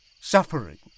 suffering